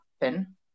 happen